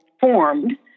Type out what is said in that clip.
formed